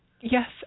Yes